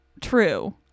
true